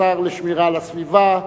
השר לשמירה על הסביבה,